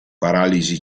paralisi